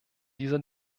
dieser